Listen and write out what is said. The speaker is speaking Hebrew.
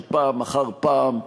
שפעם אחר פעם,